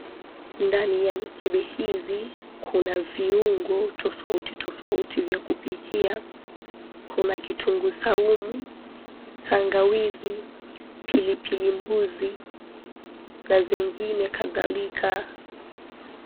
Ndani ya mikebe hizi kuna viungo tofauti tofauti vya kupikia. Kuna kitunguu saumu, tangawizi, pilipili mbuzi na zingine kadhalika.